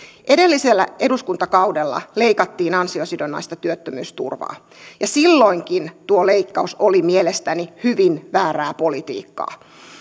edellisellä eduskuntakaudella leikattiin ansiosidonnaista työttömyysturvaa ja silloinkin tuo leikkaus oli mielestäni hyvin väärää politiikkaa